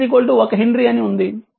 L 1 Henry అని ఉంది